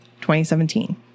2017